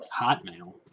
Hotmail